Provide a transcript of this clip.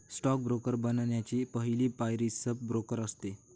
stock broker बनण्याची पहली पायरी सब ब्रोकर असते